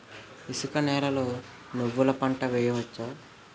ఇసుక నేలలో నువ్వుల పంట వేయవచ్చా?